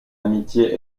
amitié